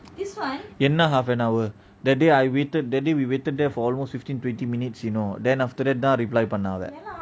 என்ன:enna half an hour that day I waited that day we waited there for almost fifteen twenty minutes you know then after that reply பண்ண ஆவ:panna aava